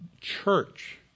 church